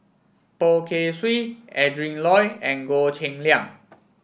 Poh Kay Swee Adrin Loi and Goh Cheng Liang